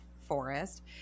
forest